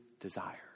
desire